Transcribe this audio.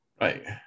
Right